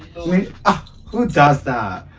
oh who does that?